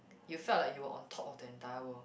you felt like you were on top of the entire world